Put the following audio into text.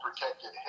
protected